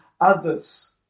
others